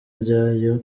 ryayo